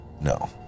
No